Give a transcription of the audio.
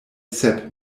sep